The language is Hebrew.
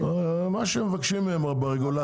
מה שהם מבקשים מהם ברגולציה.